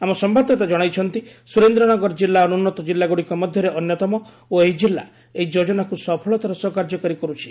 ଆମ ସମ୍ଭାଦଦାତା ଜଣାଇଛନ୍ତି ସୁରେନ୍ଦ୍ର ନଗର ଜିଲ୍ଲା ଅନୁନ୍ନତ ଜିଲ୍ଲାଗୁଡ଼ିକ ମଧ୍ୟରେ ଅନ୍ୟତମ ଓ ଏହି ଜିଲ୍ଲା ଏହି ଯୋଜନାକୁ ସଫଳତାର ସହ କାର୍ଯ୍ୟକାରୀ କରୁଛି